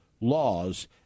laws